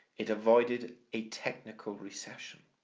it avoided a technical recession.